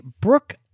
Brooke